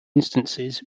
instances